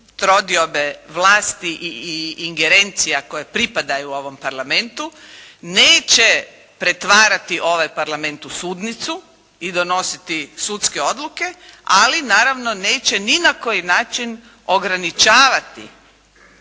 trodiobe vlasti i ingerencija koje pripadaju ovom Parlamentu, neće pretvarati ovaj Parlament u sudnicu i donositi sudske odluke, ali naravno neće ni na koji način ograničavati